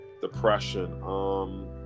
depression